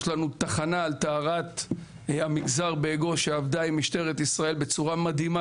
יש לנו תחנה על טהרת המגזר בגוש שעבדה עם משטרת ישראל בצורה מדהימה.